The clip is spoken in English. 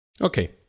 Okay